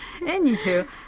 Anywho